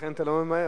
לכן אתה לא ממהר.